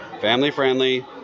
family-friendly